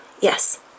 Yes